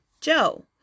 Joe